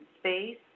space